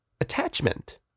attachment